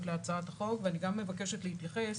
להצעת החוק; ואני גם מבקשת להתייחס